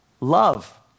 love